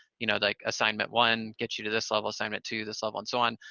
you know, like, assignment one gets you to this level, assignment two this level and so on,